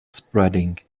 spreading